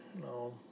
No